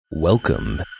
Welcome